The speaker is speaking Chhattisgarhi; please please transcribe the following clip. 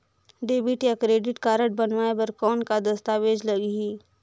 डेबिट या क्रेडिट कारड बनवाय बर कौन का दस्तावेज लगही?